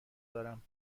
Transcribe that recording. دارم